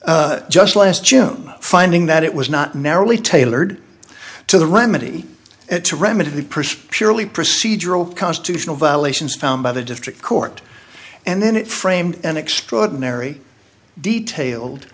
just last june finding that it was not narrowly tailored to the remedy it to remedy the person really procedural constitutional violations found by the district court and then it framed an extraordinary detailed